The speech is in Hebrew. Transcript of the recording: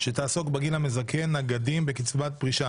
שתעסוק בגיל המזכה נגדים בקצבת פרישה.